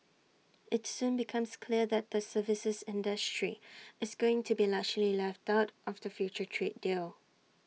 IT soon becomes clear that the services industry is going to be largely left out of the future trade deal